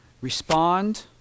respond